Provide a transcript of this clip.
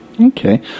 Okay